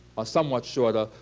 or somewhat shorter,